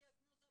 הדיאגנוזה